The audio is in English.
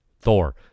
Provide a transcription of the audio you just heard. Thor